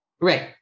Right